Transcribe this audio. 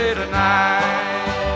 tonight